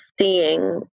seeing